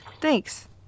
thanks